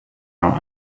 are